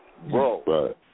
Bro